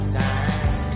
time